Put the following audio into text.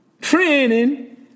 training